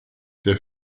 der